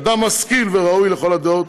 אדם משכיל וראוי לכל הדעות,